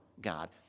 God